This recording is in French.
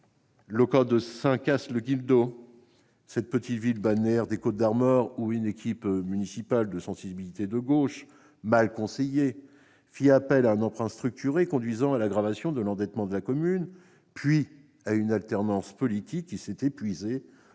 le cas de Saint-Cast-le-Guildo, cette petite ville balnéaire des Côtes-d'Armor où une équipe municipale, de sensibilité de gauche, mal conseillée, eut recours à un emprunt structuré conduisant à l'aggravation de l'endettement de la commune, avant qu'une alternance politique ne s'épuise